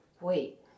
wait